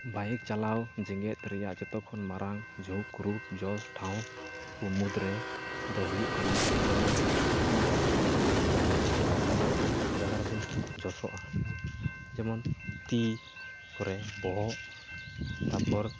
bike ᱪᱟᱞᱟᱣ ᱡᱮᱜᱮᱛ ᱨᱮᱭᱟᱜ ᱡᱚᱛᱚ ᱠᱷᱚᱱ ᱢᱟᱨᱟᱝ ᱡᱷᱩᱸᱠ ᱡᱚᱥ ᱴᱷᱟᱶᱠᱚ ᱢᱩᱫᱽᱨᱮ ᱫᱚ ᱦᱩᱭᱩᱜ ᱠᱟᱱᱟ ᱡᱮᱢᱚᱱ ᱟᱹᱵᱩ ᱵᱟᱭᱤᱠ ᱪᱟᱞᱟᱣ ᱨᱮᱫᱚ ᱟᱭᱢᱟ ᱨᱚᱠᱚᱢ ᱡᱟᱜᱟᱨᱮ ᱵᱚᱱ ᱡᱚᱥᱚᱜᱼᱟ ᱡᱮᱱᱚᱢ ᱛᱤ ᱠᱚᱨᱮ ᱵᱚᱦᱚᱜ ᱛᱟᱨᱯᱚᱨ